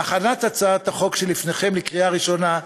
בהכנת הצעת החוק שלפניכם לקריאה ראשונה,